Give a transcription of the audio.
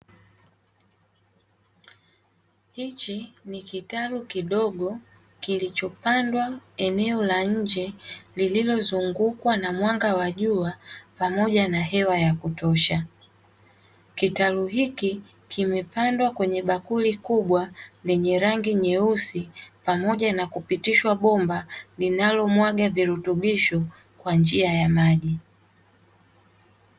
Hichi ni kitalu kidogo kilichopandwa eneo la nje lililozungukwa na mwanga wa jua pamoja na hewa ya kutosha. Kitalu hiki kimepandwa kwenye bakuli kubwa lenye rangi nyeusi, pamoja na kupitishwa bomba linalomwaga virutubisho kwa njia ya maji.